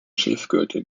schilfgürtel